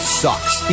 sucks